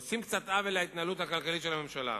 עושים קצת עוול להתנהלות הכלכלית של הממשלה.